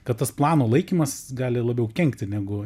kad tas plano laikymas gali labiau kenkti negu